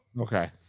Okay